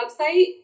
website